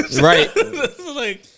Right